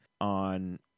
on